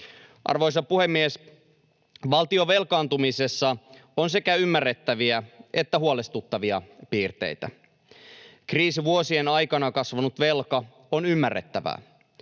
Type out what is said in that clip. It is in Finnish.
Arvoisa puhemies! Valtion velkaantumisessa on sekä ymmärrettäviä että huolestuttavia piirteitä. Kriisivuosien aikana kasvanut velka on ymmärrettävää.